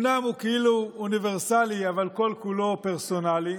אומנם הוא כאילו אוניברסלי, אבל כל-כולו פרסונלי.